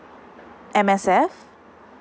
M_S_F